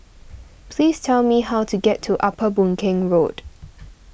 please tell me how to get to Upper Boon Keng Road